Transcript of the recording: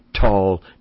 tall